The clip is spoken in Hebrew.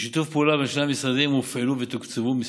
בשיתוף פעולה בין שני המשרדים הופעלו ותוקצבו כמה